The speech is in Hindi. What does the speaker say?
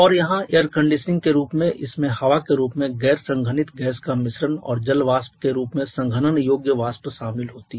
और वहाँ एयर कंडीशनिंग के रूप में इसमें हवा के रूप में गैर संघनित गैस का मिश्रण और जल वाष्प के रूप में संघनन योग्य वाष्प शामिल होती है